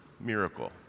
miracle